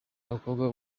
abakobwa